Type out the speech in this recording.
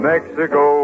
Mexico